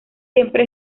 siempre